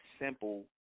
simple